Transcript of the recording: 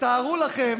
תתארו לכם